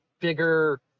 bigger